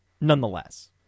nonetheless